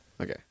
Okay